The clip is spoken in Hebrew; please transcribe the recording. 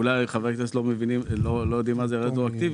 אולי חברי הכנסת לא יודעים מה זה פטור רטרואקטיבי.